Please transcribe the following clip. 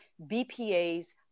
BPA's